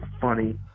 funny